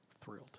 thrilled